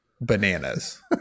bananas